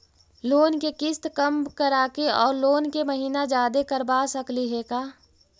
Loan के किस्त कम कराके औ लोन के महिना जादे करबा सकली हे का?